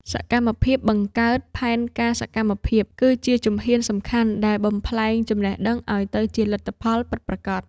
សកម្មភាពបង្កើតផែនការសកម្មភាព គឺជាជំហានសំខាន់ដែលបំប្លែងចំណេះដឹងឱ្យទៅជាលទ្ធផលពិតប្រាកដ។